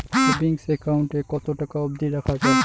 Savings account এ কতো টাকা অব্দি রাখা যায়?